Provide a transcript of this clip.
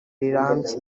rirambye